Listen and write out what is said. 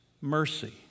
mercy